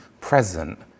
present